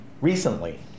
Recently